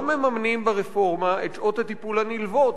לא מממנים ברפורמה את שעות הטיפול הנלוות,